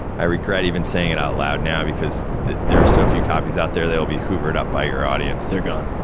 i regret even saying it out loud now, because there are so few copies out there, they'll be hoovered up by your audience. they're gone.